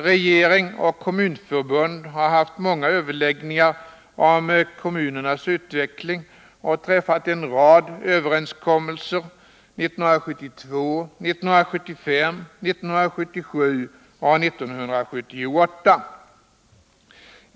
Regeringen och kommunförbunden har haft många överläggningar om kommunernas utveckling och träffat en rad överenskommelser — det skedde 1972, 1975, 1977 och 1978.